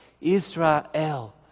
Israel